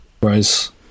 Whereas